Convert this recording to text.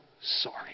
sorry